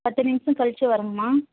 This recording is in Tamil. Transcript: பத்து நிமிஷம் கழிச்சு வரங்கம்மா